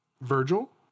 Virgil